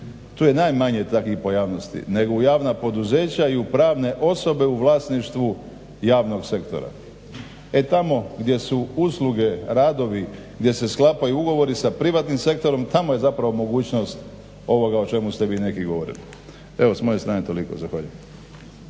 tu je najmanje takvih pojavnosti, nego u javna poduzeća i u pravne osobe u vlasništvu javnog sektora. E tamo gdje su usluge, radovi gdje se sklapaju ugovori sa privatnim sektorom tamo je zapravo mogućnost ovoga o čemu ste vi neki govorili. Evo s moje strane toliko. Zahvaljujem.